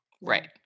Right